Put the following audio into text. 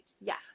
Yes